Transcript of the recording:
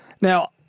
Now